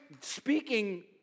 speaking